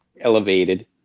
elevated